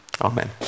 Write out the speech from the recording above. Amen